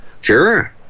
sure